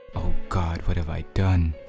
oh god, what have i done.